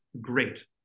Great